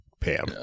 Pam